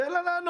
תן לה לענות.